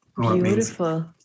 Beautiful